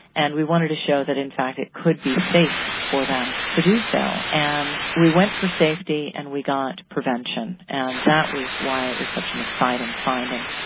and we wanted to show that in fact it could be safe for them to do so, and we went for safety and we got prevention, and that was why it was such an exciting finding.